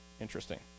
Interesting